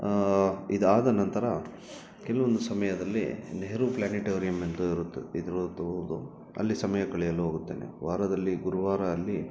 ಇದಾದ ನಂತರ ಕೆಲವೊಂದು ಸಮಯದಲ್ಲಿ ನೆಹರು ಪ್ಲಾನಿಟೋರಿಯಮ್ ಅಂತ ಇರುತ್ತು ಅಲ್ಲಿ ಸಮಯ ಕಳೆಯಲು ಹೋಗುತ್ತೇನೆ ವಾರದಲ್ಲಿ ಗುರುವಾರ ಅಲ್ಲಿ